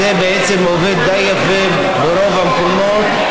זה עובד די יפה ברוב המקומות.